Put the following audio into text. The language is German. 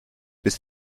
bis